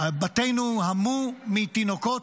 בתינו המו מתינוקות,